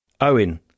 Owen